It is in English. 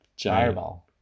fireball